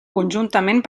conjuntament